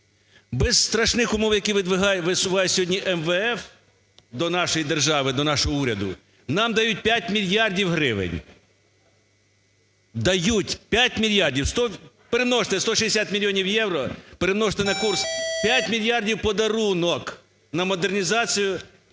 без страшних умов, які висуває сьогодні МВФ до нашої держави, до нашого уряду, нам дають 5 мільярдів гривень, дають 5 мільярдів. Перемножте 160 мільйонів євро, перемножте на курс, 5 мільярдів – подарунок на модернізацію